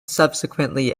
subsequently